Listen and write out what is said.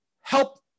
help